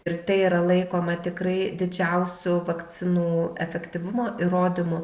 ir tai yra laikoma tikrai didžiausiu vakcinų efektyvumo įrodymu